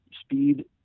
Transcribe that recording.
Speed